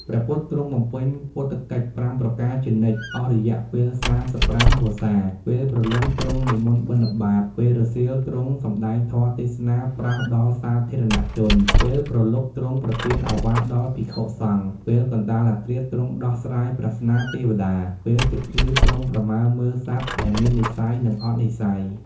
ព្រះពុទ្ធទ្រង់បំពេញពុទ្ធកិច្ច ៥ ប្រការជានិច្ច អស់រយៈពេល ៣៥ វស្សា៖ ពេលព្រលឹម ទ្រង់និមន្តបិណ្ឌបាត, ពេលរសៀល ទ្រង់សំដែងធម៌ទេសនាប្រោសដល់សាធារណជន, ពេលព្រលប់ ទ្រង់ប្រទានឱវាទដល់ភិក្ខុសង្ឃ ពេលកណ្តាលអធ្រាត្រ ទ្រង់ដោះស្រាយប្រស្នាទេវតា, ពេលជិតភ្លឺ ទ្រង់ប្រមើមើលសត្វដែលមាននិស្ស័យ និងអត់និស្ស័យ។